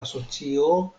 asocio